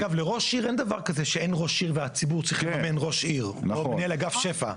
אגב לראש עיר אין דבר כזה שהציבור צריך לממן ראש עיר או מנהל אגף שפ"ע.